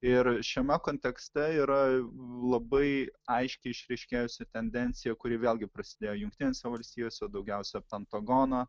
ir šiame kontekste yra labai aiškiai išryškėjusi tendencija kuri vėlgi prasidėjo jungtinėse valstijose daugiausia pentagono